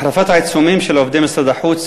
החרפת העיצומים של עובדי משרד החוץ,